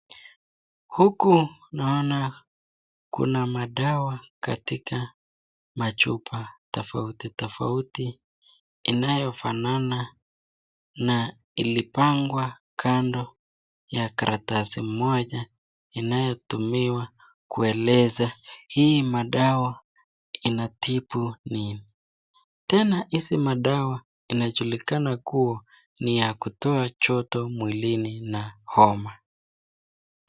Huku naona kuna madawa katika machupa tofauti tofauti inayofanana na ilipangwa kando ya karatasi moja inayotumiwa kueleza hii madawa inatibu nini. Tena hizi madawa inajulikana kuwa ni ya kutoa choto mwilini na homa.